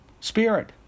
spirit